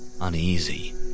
uneasy